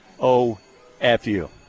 OFU